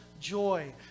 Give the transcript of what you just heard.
joy